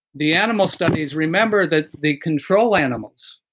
the animal study is remember that the control animals,